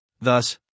thus